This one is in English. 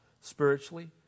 spiritually